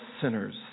sinners